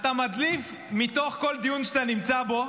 אתה מדליף מתוך כל דיון שאתה נמצא בו.